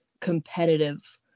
competitive